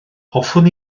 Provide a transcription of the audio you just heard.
hoffwn